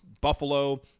Buffalo